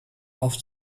auf